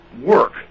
work